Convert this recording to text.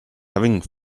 having